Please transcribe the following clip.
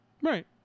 right